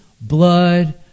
blood